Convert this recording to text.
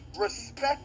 Respect